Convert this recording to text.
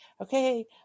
Okay